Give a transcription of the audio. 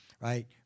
right